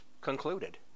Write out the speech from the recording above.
concluded